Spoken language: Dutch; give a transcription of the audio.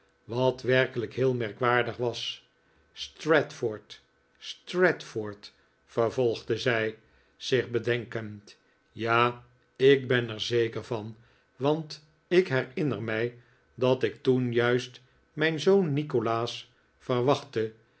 wat werkelijk heel merkwaardig was stratford stratford vervolgde zij zich bedenkend ja ik ben er zeker van want ik herinner mij dat ik toen juist mijn zoon nikolaas verwachtte